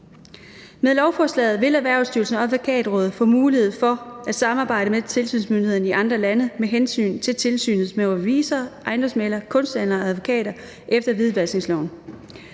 Med lovforslaget vil Erhvervsstyrelsen og Advokatrådet få mulighed for at samarbejde med tilsynsmyndighederne i andre lande med hensyn til tilsynet med revisorer, ejendomsmæglere, kunsthandlere og advokater efter hvidvaskningsloven.